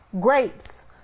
Grapes